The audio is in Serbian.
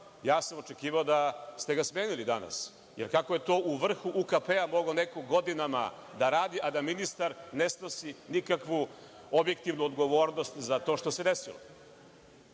poslova. Očekivao sam da ste ga smenili danas, jer kako je to u vrhu UKP-a mogao neko godinama da radi, a da ministar ne snosi nikakvu objektivnu odgovornost za to što se